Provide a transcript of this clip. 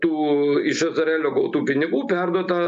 tų iš izraelio gautų pinigų perduota